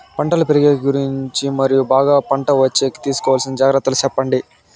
పంటలు పెరిగేకి గురించి మరియు బాగా పంట వచ్చేకి తీసుకోవాల్సిన జాగ్రత్త లు సెప్పండి?